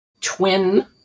twin